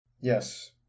yes